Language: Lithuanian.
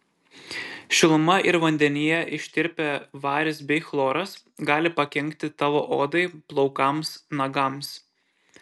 šiluma ir vandenyje ištirpę varis bei chloras gali pakenkti tavo odai plaukams nagams